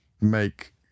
make